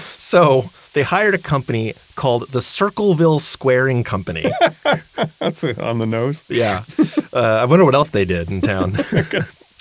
so, they hired a company called the circleville squaring company that's on the nose yeah i wonder what else they did in town?